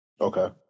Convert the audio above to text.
Okay